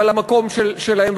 ועל המקום שלהם,